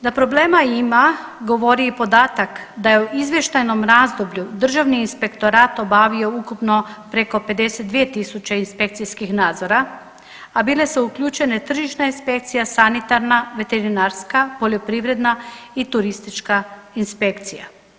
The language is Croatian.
Da problema ima, govori i podatak da je u izvještajnom razdoblju Državni inspektorat obavio ukupno preko 52 tisuće inspekcijskih nadzora, a bile su uključene tržišna inspekcija, sanitarna, veterinarska, poljoprivredna i turistička inspekcija.